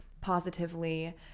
Positively